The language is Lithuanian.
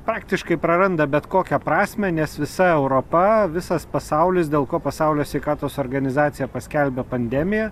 faktiškai praranda bet kokią prasmę nes visa europa visas pasaulis dėl ko pasaulio sveikatos organizacija paskelbė pandemiją